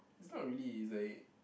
it's not really it's like